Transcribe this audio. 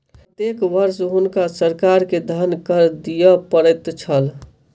प्रत्येक वर्ष हुनका सरकार के धन कर दिअ पड़ैत छल